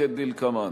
כדלקמן: